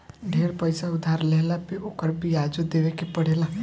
ढेर पईसा उधार लेहला पे ओकर बियाजो देवे के पड़ेला